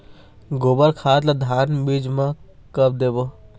गोबर खाद ला धान बीज म कब देबो?